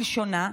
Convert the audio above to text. כלשונה,